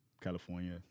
California